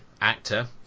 actor